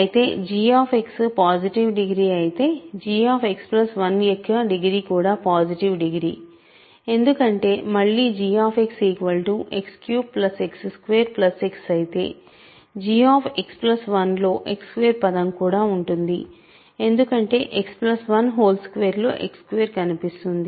అయితే g positive degree అయితే gX1 యొక్క డిగ్రీ కూడా పాజిటివ్ డిగ్రీ ఎందుకంటే మళ్ళీ g X3X2X అయితే gX1 లో X2పదం కూడా ఉంటుంది ఎందుకంటే X12లో X2 కనిపిస్తుంది